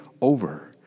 over